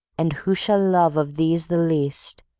and who shall love of these the least,